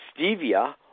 stevia